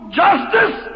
justice